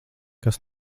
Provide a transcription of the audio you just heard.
kas